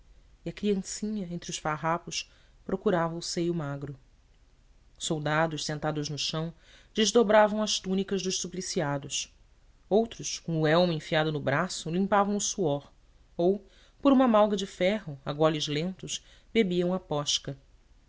e a criancinha entre os farrapos procurava o seio magro soldados sentados no chão desdobravam as túnicas dos supliciados outros com o elmo enfiado no braço limpavam o suor ou por uma malga de ferro a goles lentos bebiam a